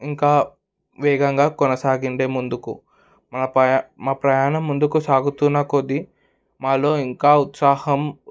ఇంకా వేగంగా కొనసాగిండే ముందుకు మా ప్రయా మా ప్రయాణం ముందుకు సాగుతున్న కొద్దీ మాలో ఇంకా ఉత్సాహం